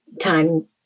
time